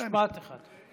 משפט אחד.